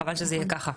חבל שזה יהיה ככה.